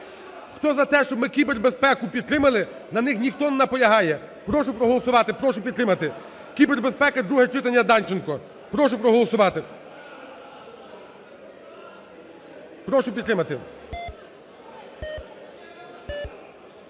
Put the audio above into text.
Хто за те, щоб ми кібербезпеку підтримали, на них ніхто не наполягає. Прошу проголосувати. Прошу підтримати. Кібербезпека, друге читання, Данченко. Прошу проголосувати. Прошу підтримати.